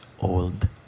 old